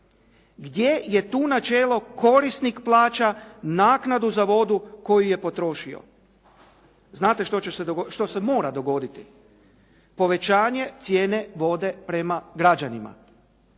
Gdje je tu načelo korisnik plaća naknadu za ovu koju je potrošio? Znate što se mora dogoditi? Povećanje cijene vode prema građanima